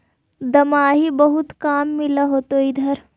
दमाहि बहुते काम मिल होतो इधर?